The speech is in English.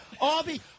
Arby